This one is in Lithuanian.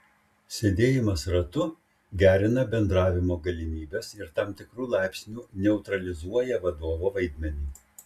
sėdėjimas ratu gerina bendravimo galimybes ir tam tikru laipsniu neutralizuoja vadovo vaidmenį